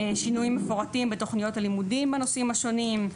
שינויים מפורטים בתוכניות הלימודים בנושאים השונים,